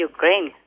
Ukraine